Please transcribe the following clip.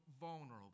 vulnerable